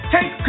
Take